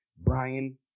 Brian